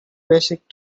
basic